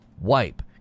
wipe